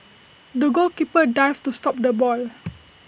the goalkeeper dived to stop the ball